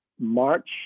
March